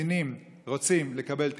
שקצינים רוצים לקבל תקשורת,